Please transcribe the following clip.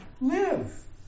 live